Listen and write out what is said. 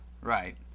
Right